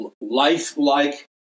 lifelike